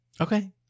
Okay